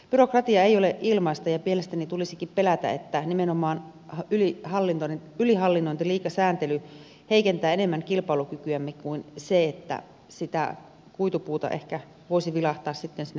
byrokratia ei ole ilmaista ja mielestäni tulisikin pelätä että nimenomaan ylihallinnointi liika sääntely heikentää enemmän kilpailukykyämme kuin se että sitä kuitupuuta ehkä voisi vilahtaa sitten sinne polttokattilaankin joskus